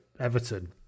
Everton